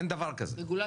אין דבר כזה.